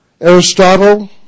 Aristotle